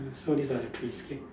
so these are the three skill